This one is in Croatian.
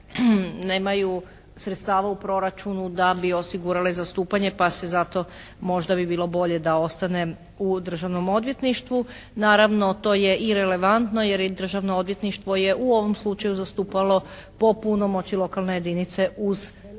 nemaju sredstava u proračunu da bi osigurale zastupanje pa zato možda bi bilo bolje da ostanem u Državnom odvjetništvu. Naravno to je i relevantno jer i Državno odvjetništvo je u ovom slučaju zastupalo po punomoći lokalne jedinice uz